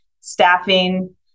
staffing